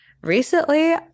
Recently